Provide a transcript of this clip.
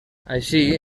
així